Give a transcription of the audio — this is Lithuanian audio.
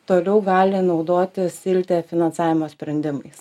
toliau gali naudotis ilte finansavimo sprendimais čia kaip vieno